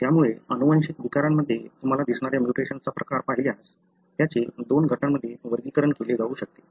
त्यामुळे अनुवांशिक विकारांमध्ये तुम्हाला दिसणाऱ्या म्यूटेशनचा प्रकार पाहिल्यास त्याचे दोन गटांमध्ये वर्गीकरण केले जाऊ शकते